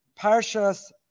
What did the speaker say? Parsha's